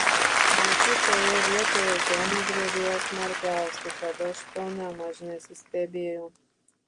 matyt toje vietoj žemė drebėjo smarkiausiai tad aš tuo nėmaž nesistebėjau